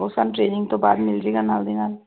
ਉਹ ਸਾਨੂੰ ਟ੍ਰੇਨਿੰਗ ਤੋਂ ਬਾਅਦ ਮਿਲ ਜਾਏਗਾ ਨਾਲ ਦੀ ਨਾਲ